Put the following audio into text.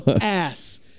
ass